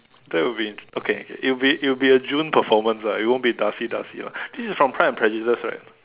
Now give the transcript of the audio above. that would be int~ okay okay it would be it would be a June performance lah it won't be Darcy Darcy lah this is from Pride and Prejudice right